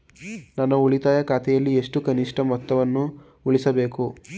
ನನ್ನ ಉಳಿತಾಯ ಖಾತೆಯಲ್ಲಿ ಎಷ್ಟು ಕನಿಷ್ಠ ಮೊತ್ತವನ್ನು ಉಳಿಸಬೇಕು?